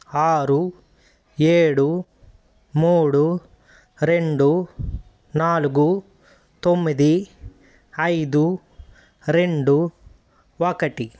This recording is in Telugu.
ఆరు ఏడు మూడు రెండు నాలుగు తొమ్మిది ఐదు రెండు ఒకటి